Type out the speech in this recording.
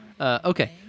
Okay